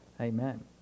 Amen